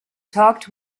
talked